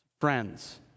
Friends